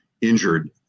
injured